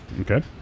Okay